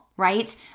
right